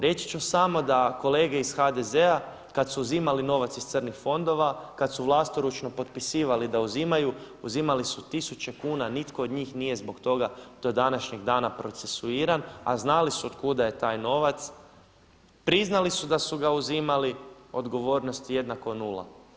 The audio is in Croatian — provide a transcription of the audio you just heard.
Reći ću samo da kolege iz HDZ-a kada su uzimali novac iz crnih fondova, kada su vlastoručno potpisivali da uzimaju uzimali su tisuće kuna a nitko od njih nije zbog toga do današnje dana procesuiran a znali su od kuda je taj novac, priznali su da su ga uzimali odgovornost je jednako nula.